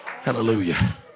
Hallelujah